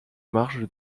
marge